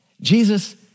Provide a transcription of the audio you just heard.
Jesus